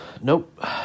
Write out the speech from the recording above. Nope